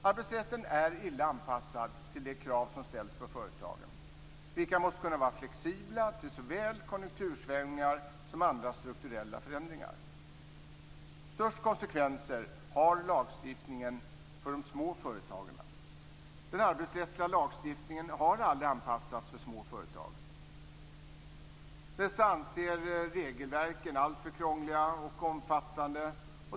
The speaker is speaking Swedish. Arbetsrätten är illa anpassad till de krav som ställs på företagen, vilka måste kunna vara flexibla till såväl konjunktursvängningar som andra strukturella förändringar. Störst konsekvenser har lagstiftningen för de små företagarna. Den arbetsrättsliga lagstiftningen har aldrig anpassats för små företag. Dessa anser regelverket alltför krångligt och omfattande.